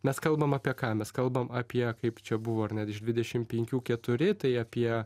mes kalbam apie ką mes kalbam apie kaip čia buvo net iš dvidešim penklių keturi tai apie